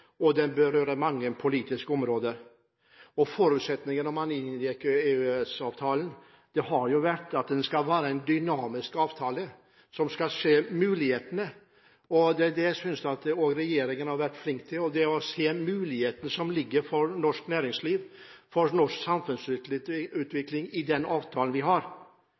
og den berører mange politiske områder. Forutsetningen da man inngikk EØS-avtalen, var at den skulle være en dynamisk avtale som skulle se mulighetene. Det jeg synes regjeringen har vært flink til, er å se mulighetene som ligger der for norsk næringsliv og for norsk samfunnsutvikling i den avtalen vi har.